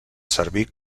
servir